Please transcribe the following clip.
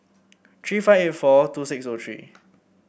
three five eight four two six zero three